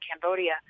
Cambodia –